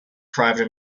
private